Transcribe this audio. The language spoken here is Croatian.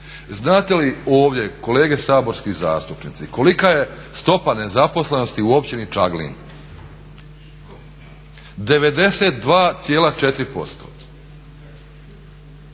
Znate li ovdje kolege saborski zastupnici kolika je stopa nezaposlenosti u općini Čaglin? 92,4%.